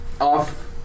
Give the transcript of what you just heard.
off